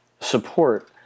support